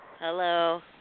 Hello